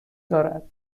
دارد